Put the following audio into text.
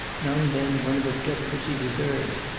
now and then one of us gets what she deserves.